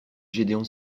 gédéon